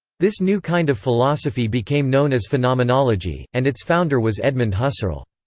this new kind of philosophy became known as phenomenology, and its founder was edmund husserl.